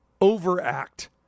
overact